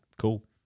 cool